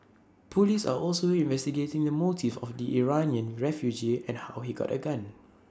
Police are also investigating the motives of the Iranian refugee and how he got A gun